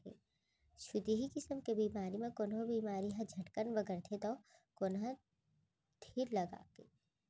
छुतही किसम के बेमारी म कोनो बेमारी ह झटकन बगरथे तौ कोनो ह धीर लगाके